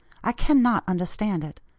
i cannot understand it.